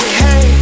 hey